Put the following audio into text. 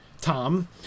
Tom—